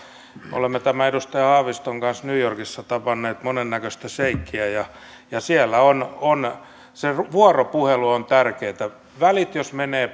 me olemme edustaja haaviston kanssa new yorkissa tavanneet monen näköistä seikkiä ja ja siellä on on se vuoropuhelu tärkeätä jos välit menevät